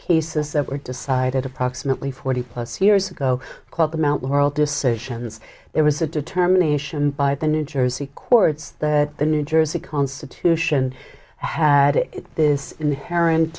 cases that were decided approximately forty plus years ago called the mount laurel decisions there was a determination by the new jersey courts that the new jersey constitution had this inherent